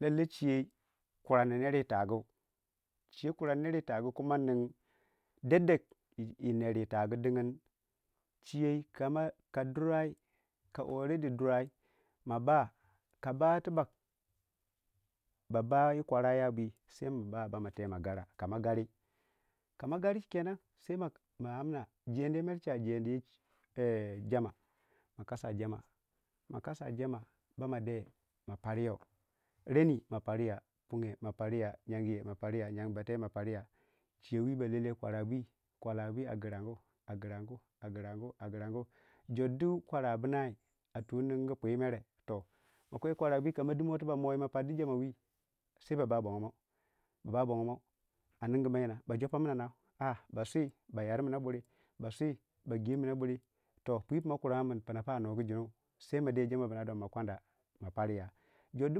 lallai chiyei kurni ner wutagu kuma ni degdeg yi ner tagu din chiyei ka dira ka already dirai batu mak ba ba yi kwaraya bwi ma tai ma gara ka magari kenen jeniye che jeniye, jama makasa jama ba ma parya rennu ma parya funge yenguyei ma parya yangu bate ma parya. chiyowi ballei kwara bu agiragu agragu agragu agiragu jordi kwara binna a tu nugu pyi mere toh makwe kwaro bwu mo wu ma di jaima wi sai baba abogomo aningumo yina ba jo fammina nyina basui ba yar muna buri ba sui ba yarmino buri toh pipu ma kuranuwai mer min pina pa anu gu junne sai ma de jamo bino do, hardu